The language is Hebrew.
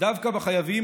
דווקא בחייבים,